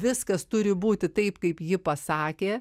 viskas turi būti taip kaip ji pasakė